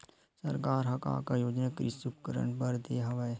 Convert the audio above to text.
सरकार ह का का योजना कृषि उपकरण बर दे हवय?